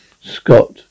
Scott